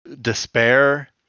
despair